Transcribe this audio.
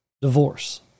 Divorce